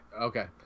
okay